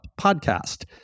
podcast